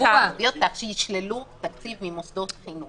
שישללו תקציב ממוסדות חינוך.